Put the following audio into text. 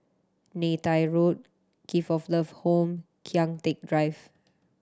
Neythai Road Gift of Love Home Kian Teck Drive